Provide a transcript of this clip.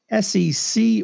SEC